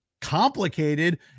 complicated